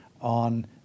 on